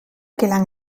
gelang